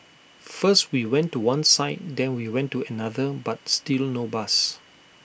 first we went to one side then we went to another but still no bus